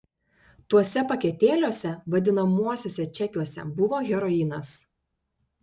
tuose paketėliuose vadinamuosiuose čekiuose buvo heroinas